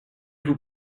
vous